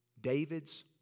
David's